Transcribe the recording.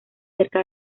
cerca